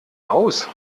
aus